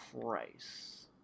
price